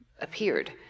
appeared